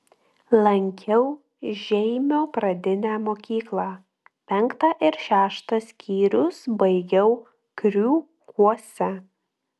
lankiau žeimio pradinę mokyklą penktą ir šeštą skyrius baigiau kriūkuose